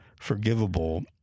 forgivable